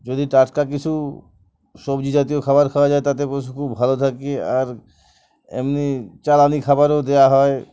যদি টাটকা কিছু সবজি জাতীয় খাবার খাওয়া যায় তাতে পশু খুব ভালো থাকি আর এমনি চালানি খাবারও দেওয়া হয়